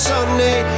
Sunday